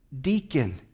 deacon